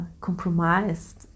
compromised